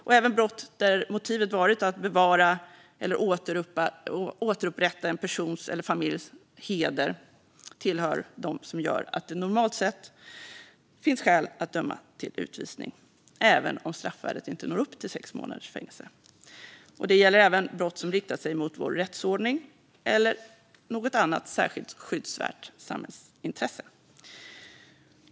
Och även brott där motivet varit att bevara eller återupprätta en persons eller familjs heder tillhör dem som gör att det normalt sett finns skäl att döma till utvisning, även om straffvärdet inte når upp till sex månaders fängelse. Det gäller även brott som riktat sig mot vår rättsordning eller något annat särskilt skyddsvärt samhällsintresse.